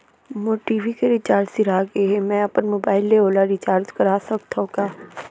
मोर TV के recharge सिरा गे हे, मैं अपन मोबाइल ले ओला रिचार्ज करा सकथव का?